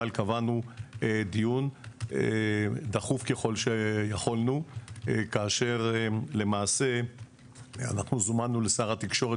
אבל קבענו דיון דחוף ככל שיכולנו כאשר למעשה הוזמנו לשר התקשורת